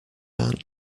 aunt